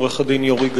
עורך-הדין יורי גיא-רון,